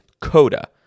Coda